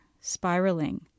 spiraling